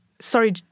sorry